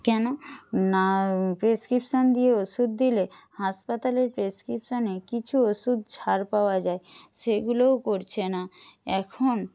কেন না প্রেসক্রিপশান দিয়ে ওষুধ দিলে হাসপাতালের প্রেসক্রিপশানে কিছু ওষুধ ছাড় পাওয়া যায় সেগুলোও করছে না এখন